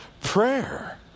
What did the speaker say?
prayer